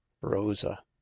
rosa